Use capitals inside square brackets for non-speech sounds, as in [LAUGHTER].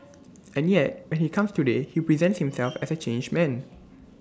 [NOISE] and yet when he comes today he presents himself as A changed man